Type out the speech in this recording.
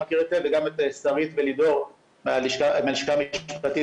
שמכיר היטב וגם את שרית ולידור מהלשכה המשפטית